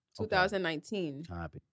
2019